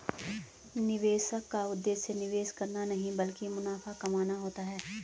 निवेशक का उद्देश्य निवेश करना नहीं ब्लकि मुनाफा कमाना होता है